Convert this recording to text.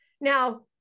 Now